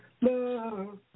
love